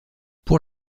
pour